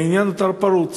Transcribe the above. והעניין נותר פרוץ.